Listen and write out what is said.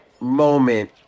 moment